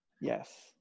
Yes